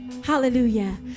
Hallelujah